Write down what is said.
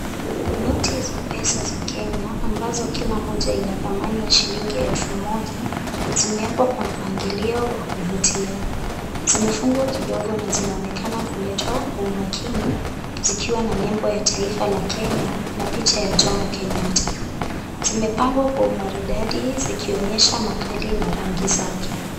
Noti za pesa za Kenya ambazo kila moja ina dhamani ya shilingi elfu moja zimewekwa kwa mpangilio wa kuvutia. Zimefungwa kidogo na zinaonekana kuletwa kwa umakini zikiwa na nembo ya taifa la Kenya na picha ya Jomo Kenyatta. Zimepangwa kwa umaridadi zikionyesha makali na rangi zake.